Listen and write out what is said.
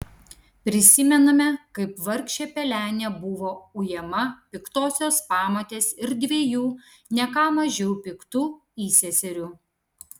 prisimename kaip vargšė pelenė buvo ujama piktosios pamotės ir dviejų ne ką mažiau piktų įseserių